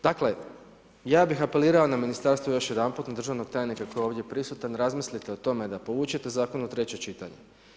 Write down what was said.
Dakle, ja bih apelirao na ministarstvo još jedanput, na državnog tajnika koji je ovdje prisutan, razmislite o tome da povučete zakon u treće čitanje.